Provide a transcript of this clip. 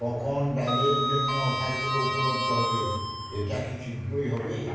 কখন ডালের জন্য অফারগুলো উপলব্ধ হবে এটা কি শীঘ্রই হবে